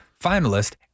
finalist